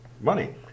money